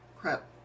Crap